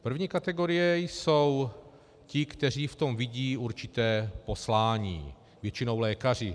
První kategorie jsou ti, kteří v tom vidí určité poslání, většinou lékaři.